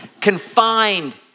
confined